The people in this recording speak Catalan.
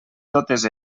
totes